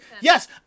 Yes